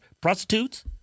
prostitutes